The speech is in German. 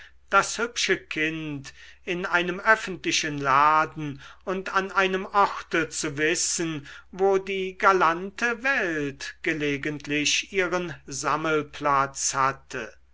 das hübsche kind in einem öffentlichen laden und an einem orte zu wissen wo die galante welt gelegentlich ihren sammelplatz hatte